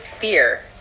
fear